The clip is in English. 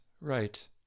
Right